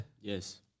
Yes